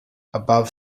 above